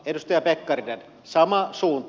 edustaja pekkarinen sama suunta